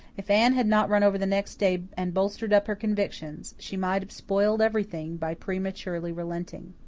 if anne had not run over the next day and bolstered up her convictions, she might have spoiled everything by prematurely relenting.